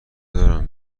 دارم